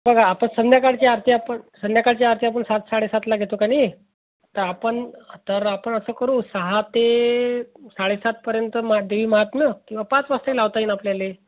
बघा आता संध्याकाळची आरती आपण संध्याकाळची आरती आपण सात साडेसातसा घेतो का नाही त आपण तर आपण असं करू सहा ते साडेसातपर्यंत मग देवी महात्म्य किंवा पाच वाजताही लावता येईल आपल्याला